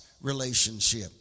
relationship